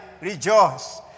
rejoice